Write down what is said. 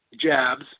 jabs